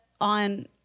on